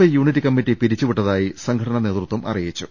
I unit committee പിരിച്ചുവിട്ടതായി സംഘടനാ നേതൃത്വം അറിയിച്ചു